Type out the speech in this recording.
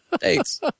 Thanks